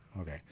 okay